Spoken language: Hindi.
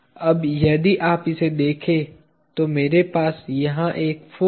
अब यदि आप इसे देखें तो मेरे पास यहाँ एक फाॅर्स है